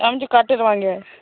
आमचे काटेरी वांगे आहे